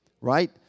right